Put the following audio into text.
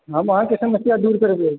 हम आहाँकेँ समस्या दूर करबै